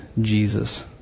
Jesus